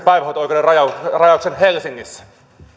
päivähoito oikeuden rajaus helsingissä täällä on